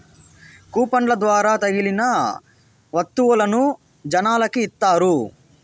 కూపన్ల ద్వారా తగిలిన వత్తువులను జనాలకి ఇత్తారు